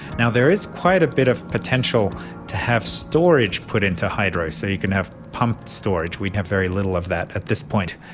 now, there is quite a bit of potential to have storage put into hydro, so you can have pumped storage. we don't have very little of that at this point.